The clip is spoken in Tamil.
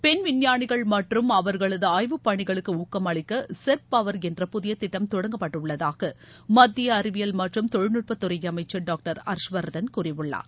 பெண் விஞ்ஞானிகள் மற்றும் அவர்களது ஆய்வுப் பணிகளுக்கு ஊக்கமளிக்க செர்ப் பவர் என்ற புதிய திட்டம் தொடங்கப்பட்டுள்ளதாக மத்திய அறிவியல் மற்றும் தொழில்நுட்பத் துறை அமைச்சர் டாக்டர் ஹர்ஷ் வர்தன் கூறியுள்ளார்